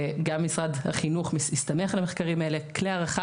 וגם משרד החינוך הסתמך על המחקרים האלה כלי הערכה